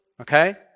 okay